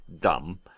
dumb